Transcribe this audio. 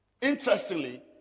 Interestingly